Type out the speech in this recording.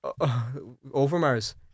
Overmars